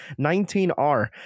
19R